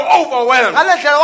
overwhelmed